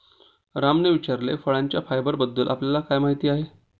रामने विचारले, फळांच्या फायबरबद्दल आपल्याला काय माहिती आहे?